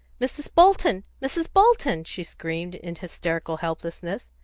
mrs. bolton! mrs. bolton! she screamed, in hysterical helplessness.